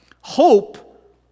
hope